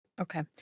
Okay